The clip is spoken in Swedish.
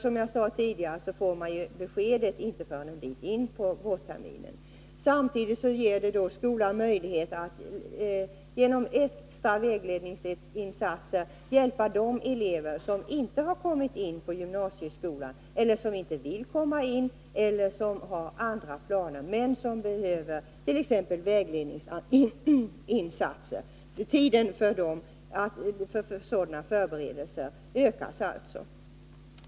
Som jag sade tidigare får man ju inte beskedet förrän en bit in på vårterminen. Samtidigt ger detta skolan möjlighet att genom extra vägledningsinsatser hjälpa de elever som inte har kommit in på gymnasieskola eller som inte vill söka dit eller som har andra planer men som behöver t.ex. vägledningsinsatser. Tiden för sådana förberedelser ökas alltså.